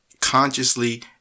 consciously